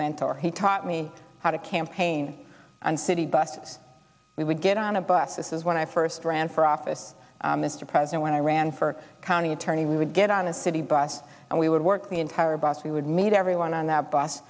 mentor he taught me how to campaign on city bus we would get on a bus this is when i first ran for office mr president when i ran for county attorney we would get on a city bus and we would work the entire bus we would meet everyone on that bus